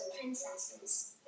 princesses